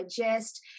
digest